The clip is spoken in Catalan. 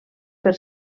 per